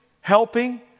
helping